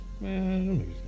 man